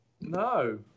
No